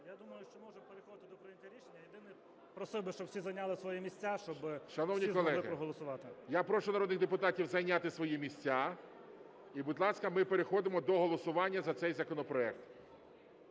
Я думаю, що можемо переходити до прийняття рішення. Єдине, просив би, щоб всі зайняли свої місця, щоб всі змогли проголосувати. ГОЛОВУЮЧИЙ. Шановні колеги, я прошу народних депутатів зайняти свої місця, і, будь ласка, ми переходимо до голосування за цей законопроект.